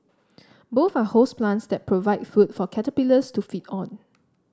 both are host plants that provide food for caterpillars to feed on